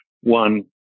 one